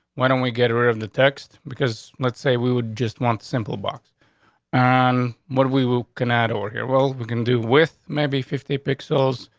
why don't we get rid of the text? because, let's say we would just want simple box on what we will cannot over here. well, we can do with maybe fifty pixels.